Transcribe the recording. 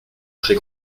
très